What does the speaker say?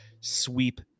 sweep